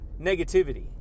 negativity